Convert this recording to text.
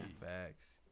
Facts